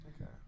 Okay